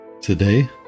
Today